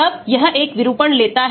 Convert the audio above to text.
जब यह एक विरूपण लेता है